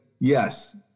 yes